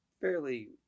fairly